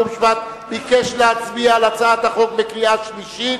חוק ומשפט ביקש להצביע על הצעת החוק בקריאה שלישית.